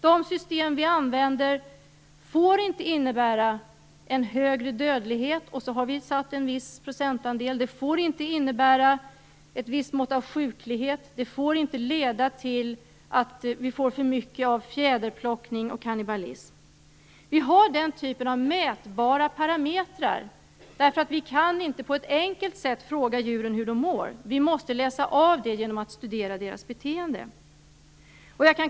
De system vi använder får inte innebära en högre dödlighet - där har vi satt en viss procentandel. De får inte innebära ett visst mått av sjuklighet. De får inte leda till för mycket fjäderplockning och kannibalism. Vi har den typen av mätbara parametrar därför att vi inte på ett enkelt sätt kan fråga djuren hur de mår. Vi måste avläsa det genom att studera deras beteende.